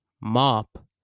mop